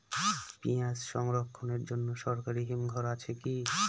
পিয়াজ সংরক্ষণের জন্য সরকারি হিমঘর আছে কি?